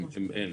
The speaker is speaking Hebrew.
אם אין.